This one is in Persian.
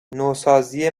نوسازی